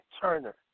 Turner